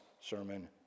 sermon